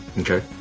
okay